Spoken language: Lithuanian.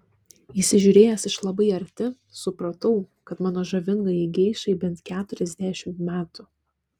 įsižiūrėjęs iš labai arti supratau kad mano žavingajai geišai bent keturiasdešimt metų